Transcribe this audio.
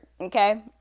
okay